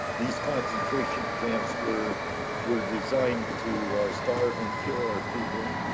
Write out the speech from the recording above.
these concentration camps were were designed to starve and kill our people,